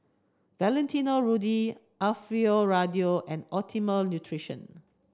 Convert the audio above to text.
Valentino Rudy Alfio Raldo and Optimum Nutrition